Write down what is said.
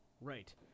Right